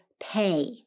pay